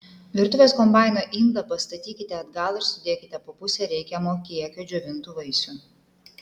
virtuvės kombaino indą pastatykite atgal ir sudėkite po pusę reikiamo kiekio džiovintų vaisių